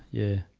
yeah